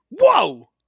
Whoa